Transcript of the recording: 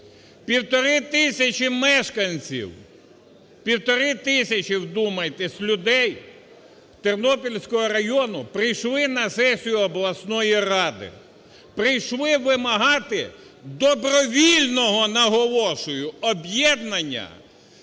Півтори тисячі мешканців, півтори тисячі – вдумайтесь! – людей Тернопільського району прийшли на сесію обласної ради. Прийшли вимагати добровільного, наголошую, об'єднання